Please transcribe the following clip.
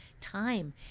time